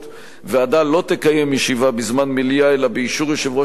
ועדה לא תקיים ישיבה בזמן מליאה אלא באישור יושב-ראש הכנסת,